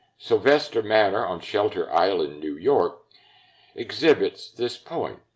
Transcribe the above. sylvester manor on shelter island, new york exhibits this point.